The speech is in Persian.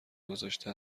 گذاشته